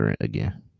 again